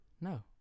No